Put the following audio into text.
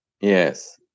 Yes